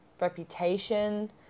reputation